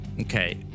Okay